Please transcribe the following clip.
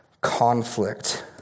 conflict